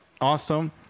awesome